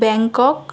Bangkok